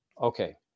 okay